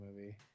movie